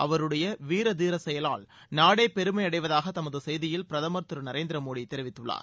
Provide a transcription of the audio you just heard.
அவருடைய வீர தீர செயலால் நாடே பெருமையடைவதாக தமது செய்தியில் பிரதமர் நரேந்திர மோடி தெரிவித்துள்ளார்